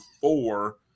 four